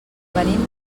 venim